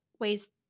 ways